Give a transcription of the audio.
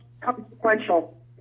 consequential